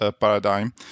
paradigm